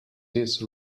his